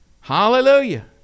Hallelujah